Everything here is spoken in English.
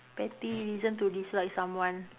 petty reason to dislike someone